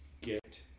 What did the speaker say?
Get